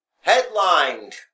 headlined